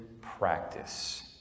practice